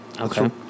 Okay